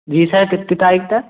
जी sir कितनी तारीख़ तक